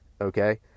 okay